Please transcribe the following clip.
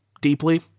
deeply